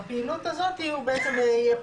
בפעילות הזאת הוא בעצם יהיה פטור,